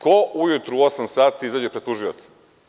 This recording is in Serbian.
Ko ujutru u 8 sati izađe pred tužioca?